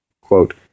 Quote